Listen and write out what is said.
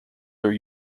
their